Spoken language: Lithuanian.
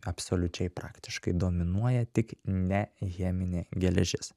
absoliučiai praktiškai dominuoja tik ne cheminė geležis